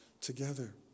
together